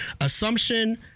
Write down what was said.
assumption